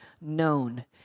Known